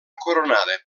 coronada